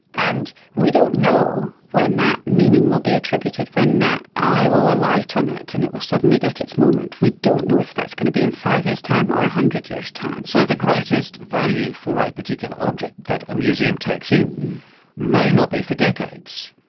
and we don't know when that meaning will be attributed, when that eye will alight on it and it will suddenly get its moment. we don't know if that's going to be in five years' time or one hundred years' time. so the greatest value for a particular object that a museum takes in may not be for decades.